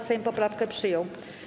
Sejm poprawkę przyjął.